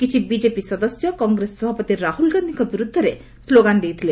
କିଛି ବିଜେପି ସଦସ୍ୟ କଂଗେସ ସଭାପତି ରାହ୍ରଳ ଗାନ୍ଧିଙ୍କ ବିରୁଦ୍ଧରେ ସ୍କୋଗାନ୍ ଦେଇଥିଲେ